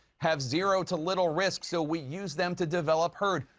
have zero to little risk, so we use them to develop herd.